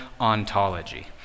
ontology